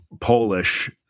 Polish